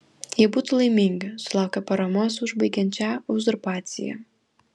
jie būtų laimingi sulaukę paramos užbaigiant šią uzurpaciją